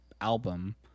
album